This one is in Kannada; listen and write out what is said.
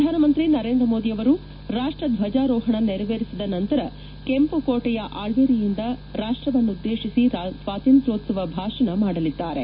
ಪ್ರಧಾನಮಂತ್ರಿ ನರೇಂದ್ರ ಮೋದಿಯವರು ರಾಪ್ಪಧ್ವಜಾರೋಹಣ ನೆರವೇರಿಸಿದ ನಂತರ ಕೆಂಪು ಕೋಟೆಯ ಆಕ್ವೇರಿಯಿಂದ ರಾಷ್ಟವನ್ನುದ್ದೇಶಿಸಿ ಸ್ವಾತಂತ್ರ್ಯೋತ್ಸವ ಭಾಷಣ ಮಾಡಲಿದ್ದಾರೆ